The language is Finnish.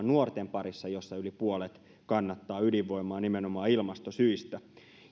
nuorten parissa jossa yli puolet kannattaa ydinvoimaa nimenomaan ilmastosyistä